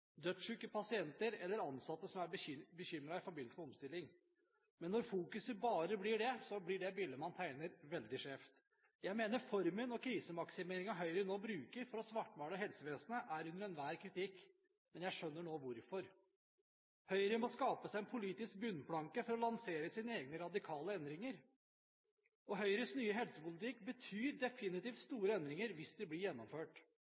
dødssyke pasienter eller ansatte som er bekymret i forbindelse med omstilling. Men når fokuset bare blir det, blir bildet man tegner, veldig skjevt. Jeg mener formen og krisemaksimeringen Høyre nå bruker for å svartmale helsevesenet, er under enhver kritikk, men jeg skjønner nå hvorfor. Høyre må skape seg en politisk bunnplanke for å lansere sine egne radikale endringer, og Høyres nye helsepolitikk betyr definitivt store endringer hvis de blir gjennomført.